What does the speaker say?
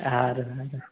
સારું સારું